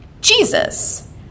Jesus